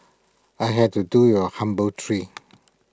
I had to do you A humble tree